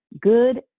good